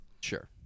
Sure